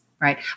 right